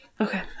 Okay